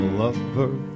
lover